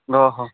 ᱚᱼᱦᱚ